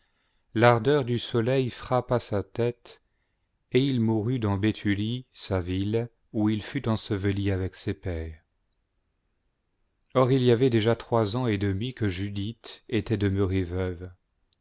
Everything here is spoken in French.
l'ardeur du soleil fi'appa sa tête et il mourut dans béthulie sa ville où il fut enseveli avec ses pairs or il y avait déjà trois ans et demi que judith était demeurée veuve